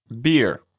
Beer